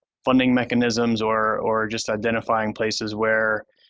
funding mechanisms or or just identifying places where